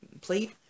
plate